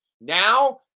Now